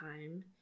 time